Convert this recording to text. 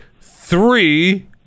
three